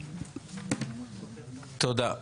תודה.